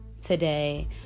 today